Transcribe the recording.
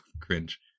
cringe